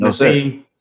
No